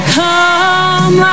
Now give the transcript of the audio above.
come